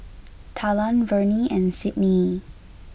Talan Vernie and Sydnee